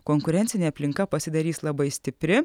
konkurencinė aplinka pasidarys labai stipri